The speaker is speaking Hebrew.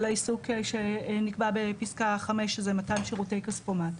ולעיסוק שנקבע בפסקה 5 שזה מתן שירותי כספומט.